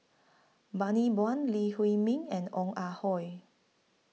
Bani Buang Lee Huei Min and Ong Ah Hoi